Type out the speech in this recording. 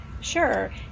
sure